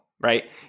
Right